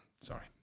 sorry